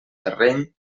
terreny